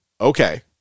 Okay